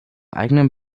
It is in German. eigenen